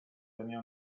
tenía